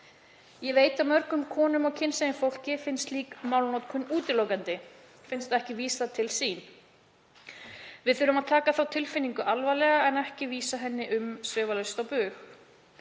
Ég veit að mörgum konum og kynsegin fólki finnst slík málnotkun útilokandi, finnst ekki vísað til sín. Við þurfum að taka þá tilfinningu alvarlega en ekki vísa henni umsvifalaust á bug.